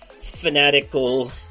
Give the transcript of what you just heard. fanatical